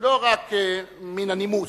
לא רק מן הנימוס,